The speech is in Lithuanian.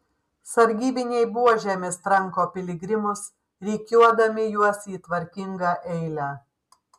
sargybiniai buožėmis tranko piligrimus rikiuodami juos į tvarkingą eilę